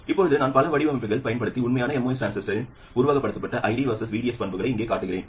இப்போது நான் பல வடிவமைப்புகளில் பயன்படுத்திய உண்மையான MOS டிரான்சிஸ்டரின் உருவகப்படுத்தப்பட்ட ஐடி vs VDS பண்புகளை இங்கே காட்டுகிறேன்